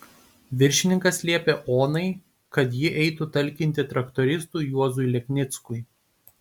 viršininkas liepė onai kad ji eitų talkinti traktoristui juozui leknickui